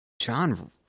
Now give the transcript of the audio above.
John